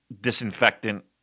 disinfectant